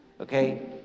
Okay